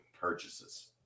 purchases